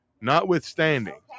notwithstanding